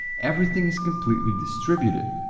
everything is completely distributed.